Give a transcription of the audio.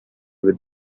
with